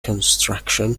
construction